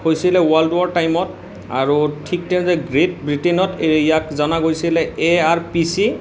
হৈছিলে world war টাইমত আৰু ঠিক তেনেদৰে গ্ৰেইট ব্ৰিটেইনত এই ইয়াক জনা গৈছিলে এ আৰ পি চি